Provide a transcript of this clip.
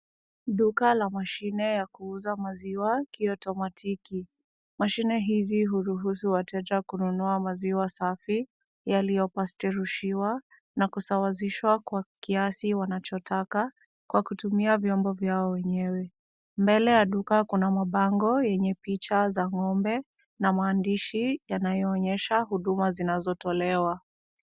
Duka la mashine ya kuuza maziwa kiautomatiki. Mashine hizi huruhusu wateja kununua maziwa safi yaliyofasterushiwa na kusawazishwa kwa kiasi wanachotaka kwa kutumia vyombo vyao wenyewe. Mbele ya duka kuna mabango yenye picha za ng'ombe na maandishi yanayoonyesha huduma zinatolewa.